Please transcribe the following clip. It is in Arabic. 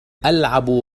ألعب